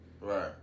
Right